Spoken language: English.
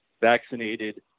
vaccinated